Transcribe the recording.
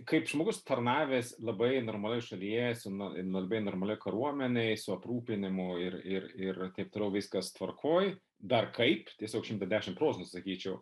kaip žmogus tarnavęs labai normalioj šalyje labai normalioj kariuomenėj su aprūpinimu ir ir ir taip toliau viskas tvarkoj dar kaip tiesiog šimtą dešimt procentų sakyčiau